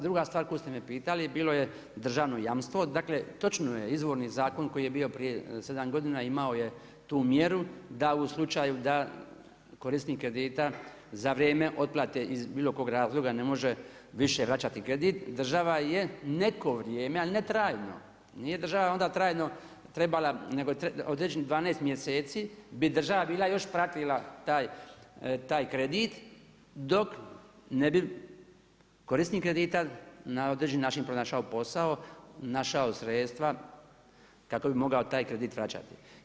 Druga stvar koju ste me pitali bilo je državno jamstvo, dakle točno je izvorni zakon koji je bio prije sedam godina imao je tu mjeru da u slučaju da korisnik kredita za vrijeme otplate iz bilo kog razloga ne može više vraćati kredit, država je neko vrijeme, ali ne trajno, nije država onda trajno trebala nego 12 mjeseci bi država bila još pratila taj kredit dok ne bi korisnik kredita na određeni način pronašao posao, našao sredstva kako bi mogao taj kredit vraćati.